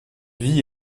vit